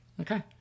Okay